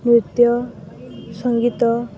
ନୃତ୍ୟ ସଙ୍ଗୀତ